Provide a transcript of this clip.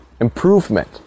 improvement